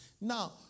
Now